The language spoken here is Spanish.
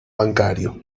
bancario